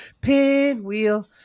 Pinwheel